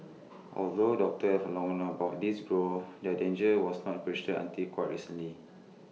although doctors have long known about these growths their danger was not appreciated until quite recently